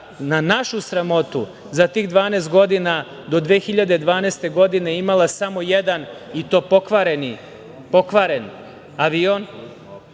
na našu sramotu za tih 12 godina do 2012. godine, imala samo jedan i to pokvaren avion,